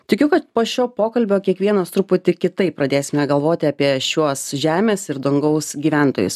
tikiu kad po šio pokalbio kiekvienas truputį kitaip pradėsime galvoti apie šiuos žemės ir dangaus gyventojus